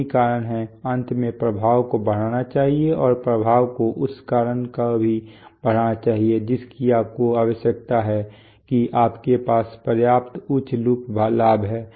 यही कारण है अंत में प्रभाव को बढ़ाना चाहिए और प्रभाव को उस कारण को भी बढ़ाना चाहिए जिसकी आपको आवश्यकता है कि आपके पास पर्याप्त उच्च लूप लाभ है